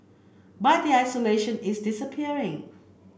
but the isolation is disappearing